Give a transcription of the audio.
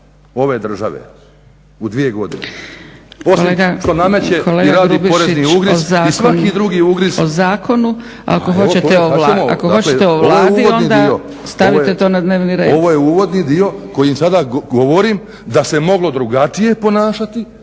Ovo je uvodni dio kojim sada govorim da se moglo drugačije ponašati,